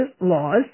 laws